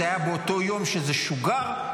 באותו יום שזה שוגר,